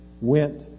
went